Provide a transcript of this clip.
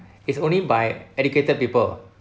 is only by educated people